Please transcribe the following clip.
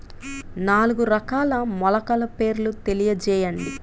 నాలుగు రకాల మొలకల పేర్లు తెలియజేయండి?